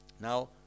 Now